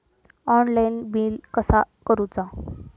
Online bill कसा करुचा?